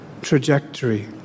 trajectory